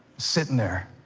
sitting there